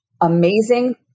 amazing